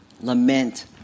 lament